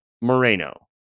Moreno